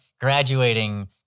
graduating